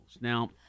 Now